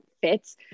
fits